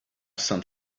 some